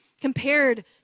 compared